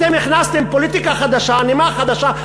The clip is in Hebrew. אתם הכנסתם פוליטיקה חדשה, נימה חדשה.